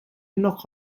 knock